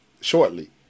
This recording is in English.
shortly